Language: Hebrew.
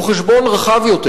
הוא חשבון רחב יותר,